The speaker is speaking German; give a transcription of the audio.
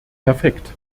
perfekt